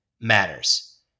matters